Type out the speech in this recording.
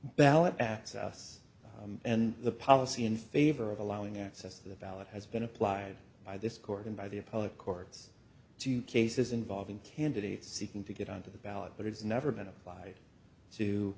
ballot access and the policy in favor of allowing access to the ballot has been applied by this court and by the appellate courts cases involving candidates seeking to get on to the ballot but it's never been applied to